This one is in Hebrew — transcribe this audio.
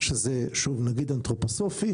שזה אנתרופוסופי,